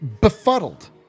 befuddled